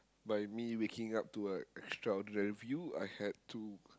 by me waking up to a extraordinary view I had to